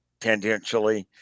tendentially